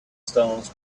stones